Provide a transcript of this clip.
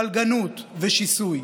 פלגנות ושיסוי.